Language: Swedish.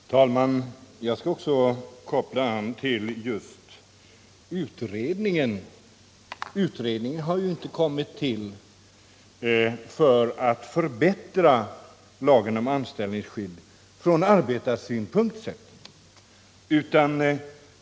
Herr talman! Jag skall också knyta an till utredningen. Den har ju inte kommit till för att förbättra lagen om anställningsskydd, från arbetarsynpunkt sett.